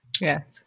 Yes